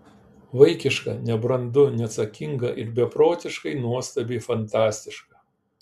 vaikiška nebrandu neatsakinga ir beprotiškai nuostabiai fantastiška